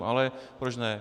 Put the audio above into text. Ale proč ne.